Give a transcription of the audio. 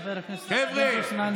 חבר'ה,